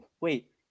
wait